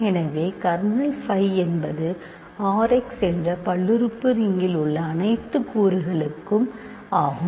எனவே kernel phi என்பது Rx என்ற பல்லுறுப்பு ரிங்கில் உள்ள அனைத்து கூறுகளும் ஆகும்